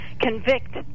convict